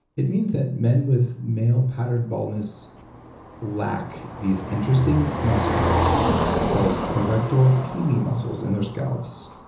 it means that men with male-pattern baldness lack these interesting muscles called arrector pili muscles in their scalps,